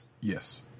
Yes